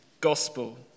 Gospel